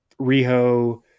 Riho